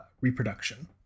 reproduction